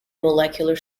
molecular